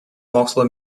mokslo